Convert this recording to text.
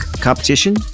competition